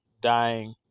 dying